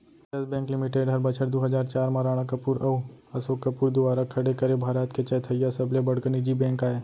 yes Bank Limited हर बछर दू हजार चार म राणा कपूर अउ असोक कपूर दुवारा खड़े करे भारत के चैथइया सबले बड़का निजी बेंक अय